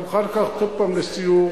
אני מוכן לקחת אתכם פעם לסיור,